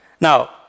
Now